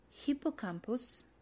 Hippocampus